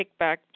kickback